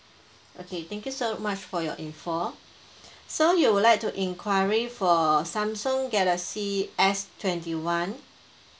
okay thank you so much for your info so you would like to enquiry for samsung galaxy S twenty one